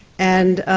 and,